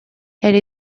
elle